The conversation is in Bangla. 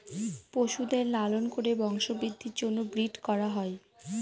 পশুদের লালন করে বংশবৃদ্ধির জন্য ব্রিড করা হয়